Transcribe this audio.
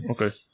Okay